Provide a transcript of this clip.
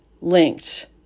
linked